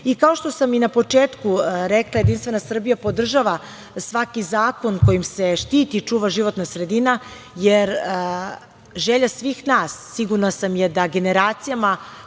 što sam i na početku rekla, JS podržava svaki zakon kojim se štiti i čuva životna sredina, jer želja svih nas, sigurna sam, je da generacijama